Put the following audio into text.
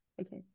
Okay